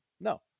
No